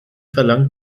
verlangt